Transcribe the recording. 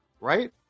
Right